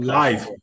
live